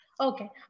Okay